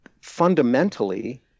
fundamentally